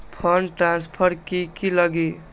Fund transfer कि की लगी?